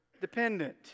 dependent